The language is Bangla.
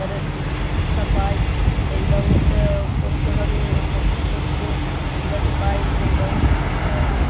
তারা সুচিকিৎসা পায় সেই ব্যবস্থা করতে হবে এবং ওষুধপত্র যাতে পায় সেই ব্যবস্থা করতে হবে